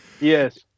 Yes